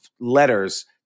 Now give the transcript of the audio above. letters